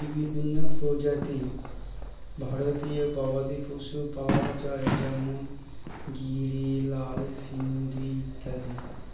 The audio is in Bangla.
বিভিন্ন প্রজাতির ভারতীয় গবাদি পশু পাওয়া যায় যেমন গিরি, লাল সিন্ধি ইত্যাদি